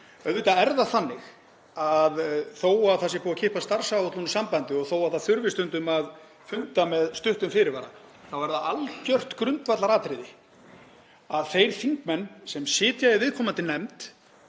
Auðvitað er það þannig að þó að það sé búið að kippa starfsáætlun úr sambandi og þó að það þurfi stundum að funda með stuttum fyrirvara þá er það algjört grundvallaratriði að þeir þingmenn sem sitja í viðkomandi nefnd